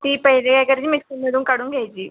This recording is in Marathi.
ती पहिली काय करायची मिक्सरमधून काढून घ्यायची